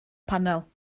panel